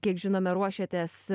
kiek žinome ruošiatės